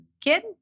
kid